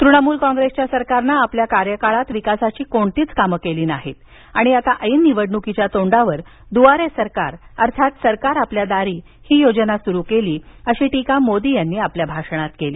तृणमूल काँग्रेसच्या सरकारनं आपल्या कार्यकाळात विकासाची कोणतीच कामं केली नाहीत आणि आता ऐन निवडणुकीच्या तोंडावर दुआरे सरकार अर्थात सरकार आपल्या दारी ही योजना सुरू केली अशी टीका मोदी यांनी आपल्या भाषणात केली